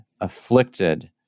afflicted